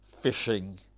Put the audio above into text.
fishing